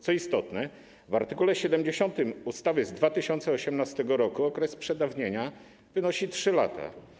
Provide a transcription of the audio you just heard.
Co istotne, w art. 70 ustawy z 2018 r. okres przedawnienia wynosi 3 lata.